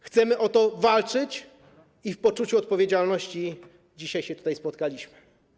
Chcemy o to walczyć i w poczuciu odpowiedzialności dzisiaj się tutaj spotkaliśmy.